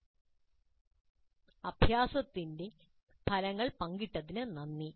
ഈ അഭ്യാസത്തിന്റെ ഫലങ്ങൾ പങ്കിട്ടതിന് നന്ദി story